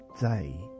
day